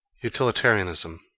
Utilitarianism